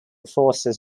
forces